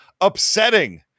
upsetting